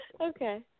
Okay